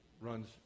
runs